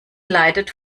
leitet